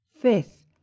Fifth